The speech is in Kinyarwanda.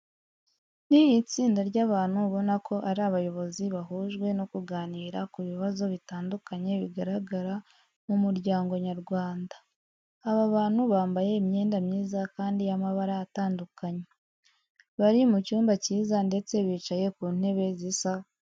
Ni itsinda ry'abantu ubona ko ari abayobozi bahujwe no kuganira ku bibazo bitandukanye bigaragara mu muryango nyarwanda. aba bantu bambaye imyenda myiza kandi y'amabara atandukanye. Bari mu cyumba cyiza ndetse bicaye ku ntebe zisa kake.